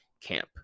camp